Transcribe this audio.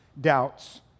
doubts